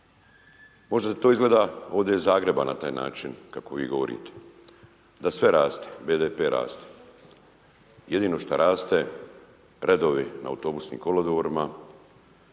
Možda to izgleda ovdje iz Zagreba na taj način kako vi govorite, da sve raste, BDP raste, jedino što raste, redovi na autobusnim kolodvorima,